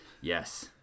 Yes